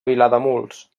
vilademuls